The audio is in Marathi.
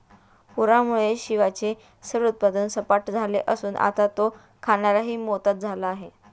पूरामुळे शिवाचे सर्व उत्पन्न सपाट झाले असून आता तो खाण्यालाही मोताद झाला आहे